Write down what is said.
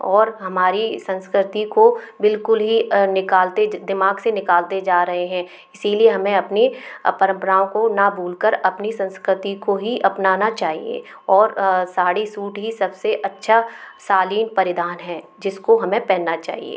और हमारी संस्कृति को बिल्कुल ही निकालते दिमाग़ से निकालते जा रहे हैं इसी लिए हमें अपनी परंपराओं को ना भूल कर अपनी संस्कृति को ही अपनाना चाहिए और साड़ी सूट ही सब से अच्छा शालीन परिधान है जिसको हमें पहनना चाहिए